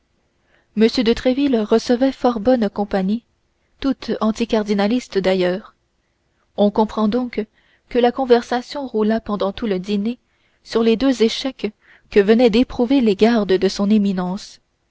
m de tréville recevait fort bonne compagnie toute anticardinaliste d'ailleurs on comprend donc que la conversation roula pendant tout le dîner sur les deux échecs que venaient d'éprouver les gardes de son éminence